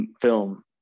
film